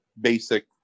basic